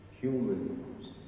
humans